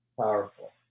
powerful